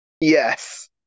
Yes